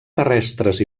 terrestres